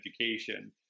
education